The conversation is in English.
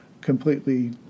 completely